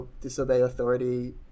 disobey-authority